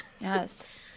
Yes